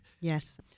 Yes